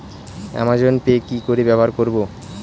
Amazon pay কি করে ব্যবহার করব?